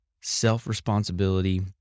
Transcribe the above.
self-responsibility